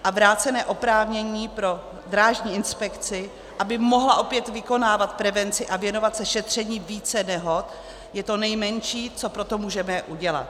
A vrácení oprávnění pro Drážní inspekci, aby mohla opět vykonávat prevenci a věnovat se šetření více nehod, je to nejmenší, co pro to můžeme udělat.